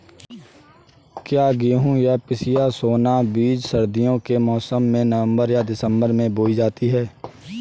क्या गेहूँ या पिसिया सोना बीज सर्दियों के मौसम में नवम्बर दिसम्बर में बोई जाती है?